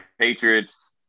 Patriots –